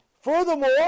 Furthermore